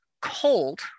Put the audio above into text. cold